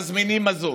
מזמינים מזון,